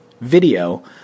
video